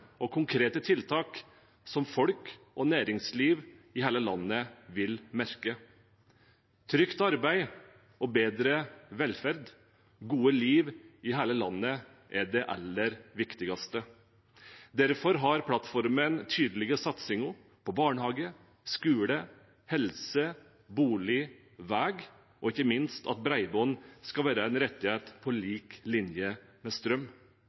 og konkrete tiltak som folk og næringsliv i hele landet vil merke. Trygt arbeid, bedre velferd og gode liv i hele landet er det aller viktigste. Derfor har plattformen tydelige satsinger på barnehage, skole, helse, bolig, vei og ikke minst at bredbånd skal være en rettighet på lik linje med strøm.